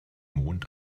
mond